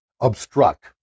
obstruct